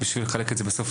בשביל לחלק את זה בסוף